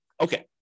Okay